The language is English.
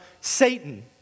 Satan